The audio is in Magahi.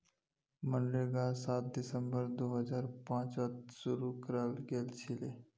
मनरेगा सात दिसंबर दो हजार पांचत शूरू कराल गेलछिले